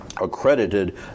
accredited